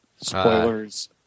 Spoilers